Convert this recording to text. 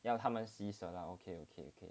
让他们洗手 lah okay okay okay